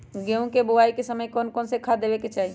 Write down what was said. गेंहू के बोआई के समय कौन कौन से खाद देवे के चाही?